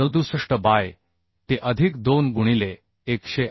67 by t अधिक 2 गुणिले 108